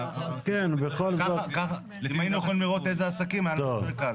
אם היינו יכולים לראות איזה עסקים היה לנו יותר קל.